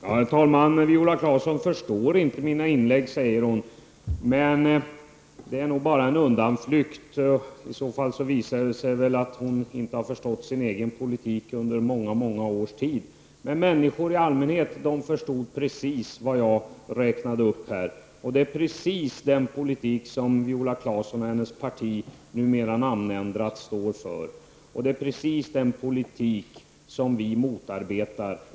Herr talman! Viola Claesson förstår inte mina inlägg, säger hon. Det är nog bara en undanflykt. I så fall visar det sig väl att hon inte har förstått sin egen politik under många års tid. Men människor i allmänhet förstod precis vad jag räknade upp här. Det är precis den politik som Viola Claesson och hennes parti, numera namnändrat, står för. Det är precis den politik som vi motarbetar.